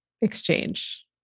exchange